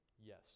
Yes